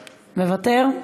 מוותר?